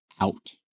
out